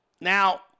Now